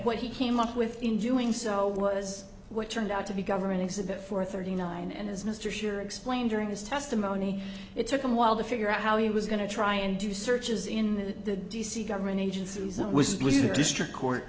what he came up with in doing so was what turned out to be government exhibit four thirty nine and as mr scherer explained during his testimony it took a while to figure out how he was going to try and do searches in the d c government agencies and was the district court